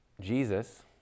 Jesus